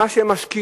מה שהם משקיעים,